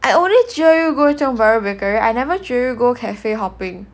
I only jio go Tiong Bahru Bakery I never jio you go cafe hopping